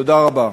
תודה רבה.